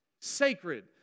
Sacred